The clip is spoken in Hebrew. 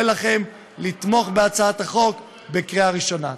אני קורא לכם לתמוך בהצעת החוק בקריאה ראשונה.